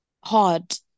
hard